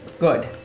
Good